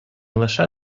лише